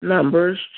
Numbers